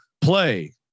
play